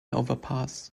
overpass